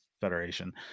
federation